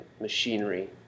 machinery